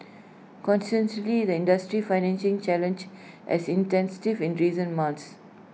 consequently the industry's financing challenges has intensified in recent months